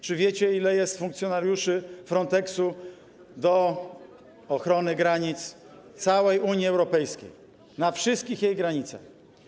Czy wiecie, ilu jest funkcjonariuszy Fronteksu do ochrony granic całej Unii Europejskiej, na wszystkich jej granicach?